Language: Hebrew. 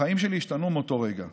החיים שלי השתנו מאותו רגע.